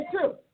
two